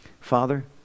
Father